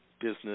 business